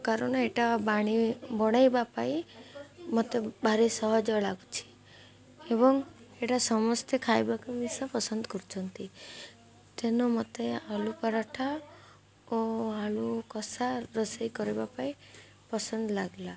କାରଣ ଏଇଟା ବାଣି ବଢ଼େଇବା ପାଇଁ ମତେ ଭାରି ସହଜ ଲାଗୁଛି ଏବଂ ଏଇଟା ସମସ୍ତେ ଖାଇବାକୁ ମିଶା ପସନ୍ଦ କରୁଛନ୍ତି ତେଣୁ ମତେ ଆଳୁ ପରଠା ଓ ଆଳୁ କଷା ରୋଷେଇ କରିବା ପାଇଁ ପସନ୍ଦ ଲାଗଲା